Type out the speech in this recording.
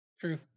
True